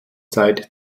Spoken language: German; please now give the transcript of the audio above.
zeit